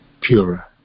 Purer